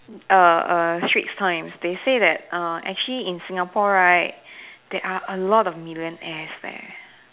err err Straits times they say that uh actually in Singapore right there are a lot of millionaires leh